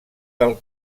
del